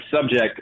subject